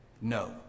no